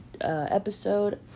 episode